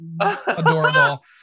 adorable